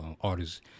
artists